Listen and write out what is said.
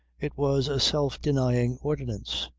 it was a self-denying ordinance,